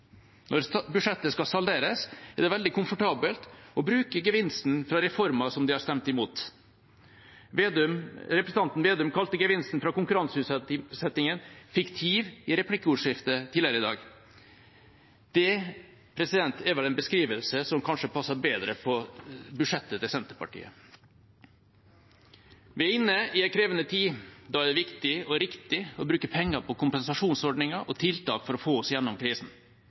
Når budsjettet skal salderes, er det veldig komfortabelt å bruke gevinsten fra reformer de har stemt imot. Representanten Slagsvold Vedum kalte gevinsten fra konkurranseutsettingen fiktiv i replikkordskiftet tidligere i dag. Det er vel en beskrivelse som kanskje passer bedre på budsjettet til Senterpartiet. Vi er inne i en krevende tid. Da er det viktig og riktig å bruke penger på kompensasjonsordninger og tiltak for å få oss gjennom krisen.